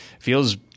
feels